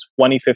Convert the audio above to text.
2015